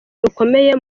rukomeye